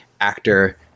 actor